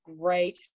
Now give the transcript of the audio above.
great